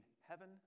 heaven